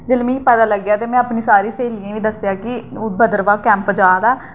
जेल्लै मिगी पता लग्गेआ ते में अपनी सारी स्हेलियें गी बी दस्सेआ कि भद्रवाह् कैंप जा दा